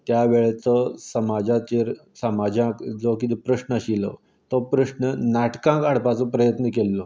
त्या वेळचो समाजाचेर समाजाक जो कितें प्रश्न आशिल्लो तो प्रश्न नाटकांत हाडपाचो प्रयत्न केल्लो